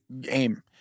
game